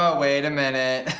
ah wait a minute